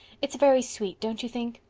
it's very sweet, don't you think?